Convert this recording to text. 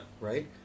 right